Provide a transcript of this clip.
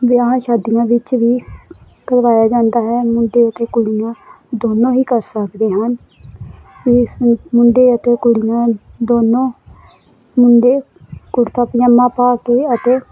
ਵਿਆਹਾਂ ਸ਼ਾਦੀਆਂ ਵਿੱਚ ਵੀ ਕਰਵਾਇਆ ਜਾਂਦਾ ਹੈ ਮੁੰਡੇ ਅਤੇ ਕੁੜੀਆਂ ਦੋਨੋਂ ਹੀ ਕਰ ਸਕਦੇ ਹਨ ਇਸ ਵਿੱਚ ਮੁੰਡੇ ਅਤੇ ਕੁੜੀਆਂ ਦੋਨੋਂ ਮੁੰਡੇ ਕੁੜਤਾ ਪਜਾਮਾ ਪਾ ਕੇ ਅਤੇ